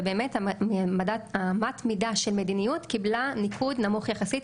ובאמת אמת מידה של מדיניות קיבלה ניקוד נמוך יחסית.